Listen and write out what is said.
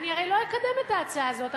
הרי לא אקדם את ההצעה הזאת,